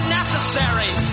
necessary